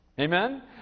Amen